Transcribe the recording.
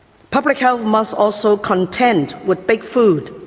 public health must also contend with big food,